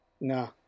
No